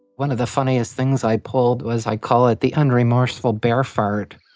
one of the funniest things i pulled was i call it the unremorseful bear fart.